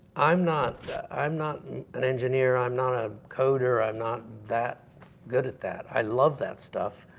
i'm not i'm not an engineer, i'm not a coder, i'm not that good at that. i love that stuff.